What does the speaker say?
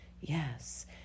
yes